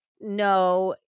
no